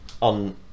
on